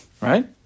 Right